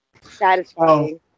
Satisfying